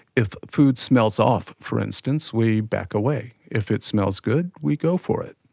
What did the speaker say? if food smells off, for instance, we back away. if it smells good, we go for it.